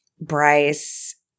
bryce